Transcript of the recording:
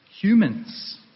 Humans